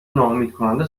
ناامیدکننده